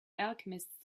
alchemists